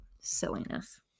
silliness